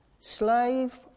slave